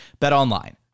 BetOnline